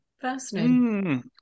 Fascinating